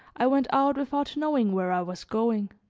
i went out without knowing where i was going.